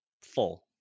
full